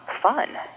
fun